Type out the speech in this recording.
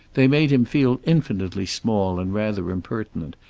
they made him feel infinitely small and rather impertinent,